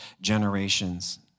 generations